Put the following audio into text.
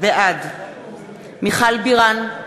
בעד מיכל בירן,